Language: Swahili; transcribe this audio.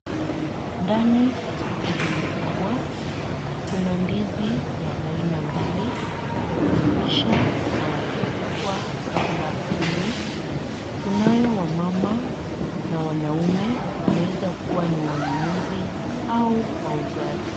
Ndani ya soko hili kubwa kuna ndizi ya aina mbili, ya kuivisha na kupikwa kabla ulwe. Tunayo wamama na wanaume wanaweza kuwa ni wanunuzi au wauzaji.